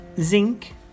Zinc